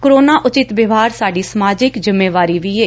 corona ਉਚਿਤ ਵਿਵਹਾਰ ਸਾਡੀ ਸਮਾਜਿਕ ਜਿੰਮੇਵਾਰੀ ਵੀ ਐ